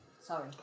Sorry